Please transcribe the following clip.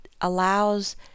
allows